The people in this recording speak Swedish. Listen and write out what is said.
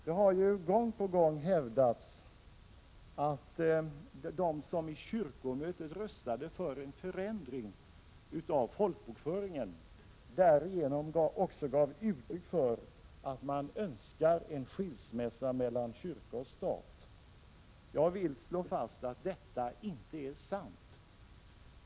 Det har gång på gång hävdats att de som vid kyrkomötet röstade för en förändring av folkbokföringen därigenom också gav uttryck för att de önskar en skilsmässa mellan kyrka och stat. Jag vill slå fast att detta inte är sant.